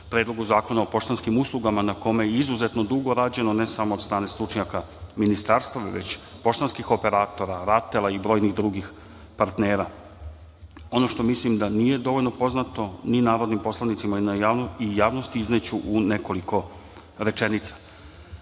Predlogu zakona o poštanskim uslugama na kome je izuzetno dugo rađeno, ne samo od strane stručnjaka Ministarstva, već poštanskih operatora, RATEL-a i brojnih drugih partnera. Ono što mislim da nije dovoljno poznato ni narodnim poslanicima ni javnosti, izneću u nekoliko rečenica. Pre